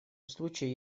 случае